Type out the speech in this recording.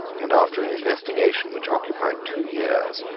and, after an investigation which occupied two years,